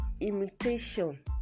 imitation